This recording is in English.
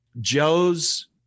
Joe's